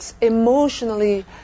emotionally